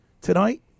tonight